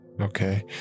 Okay